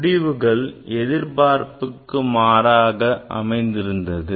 முடிவுகள் எதிர்பார்ப்புக்கு மாறாக அமைந்திருந்தது